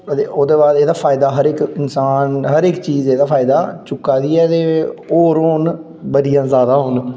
ओह्दे बाद एह्दा फायदा हर इक इंसान हर इक चीज दा फायदे चुक्कै दी ऐ ते होर हून मतियां ज्यादा होन